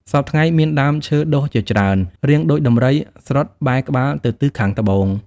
សព្វថ្ងៃ មានដើមឈើដុះជាច្រើនរាងដូចដំរីស្រុតបែរក្បាលទៅទិសខាងត្បូង ។